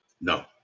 No